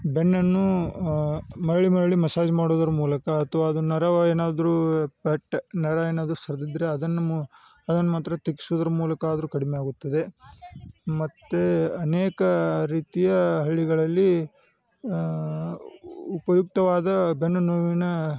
ಬೆನ್ನನ್ನು ಮರಳಿ ಮರಳಿ ಮಸಾಜ್ ಮಾಡೋದ್ರ ಮೂಲಕ ಅಥವಾ ಅದು ನರವೋ ಏನಾದರೂ ಪೆಟ್ಟು ನರ ಏನಾದ್ರೂ ಸರಿದಿದ್ರೆ ಅದನ್ನ ಮು ಅದನ್ನ ಮಾತ್ರ ತಿಕ್ಸುದ್ರ ಮೂಲಕ ಆದ್ರೂ ಕಡಿಮೆಯಾಗುತ್ತದೆ ಮತ್ತು ಅನೇಕ ರೀತಿಯ ಹಳ್ಳಿಗಳಲ್ಲಿ ಉಪಯುಕ್ತವಾದ ಬೆನ್ನುನೋವಿನ